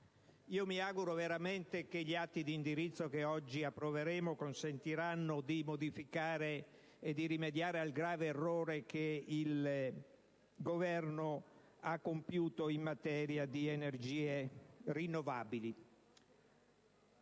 mi auguro veramente che gli atti di indirizzo che oggi approveremo consentiranno di modificare e di rimediare al grave errore che il Governo ha compiuto in materia di energie rinnovabili.